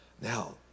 now